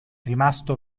rimasto